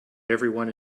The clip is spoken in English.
everyone